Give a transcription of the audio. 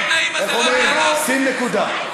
תקשיבו, תקשיבו מה הצעת החוק, חברים.